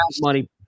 money